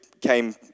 came